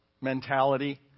mentality